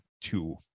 two